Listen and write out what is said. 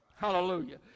Hallelujah